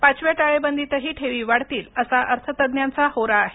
पाचव्या टाळेबंदीतही ठेवी वाढतील असा अर्थतज्ञांचा होरा आहे